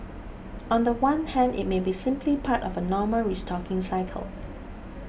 on the one hand it may be simply part of a normal restocking cycle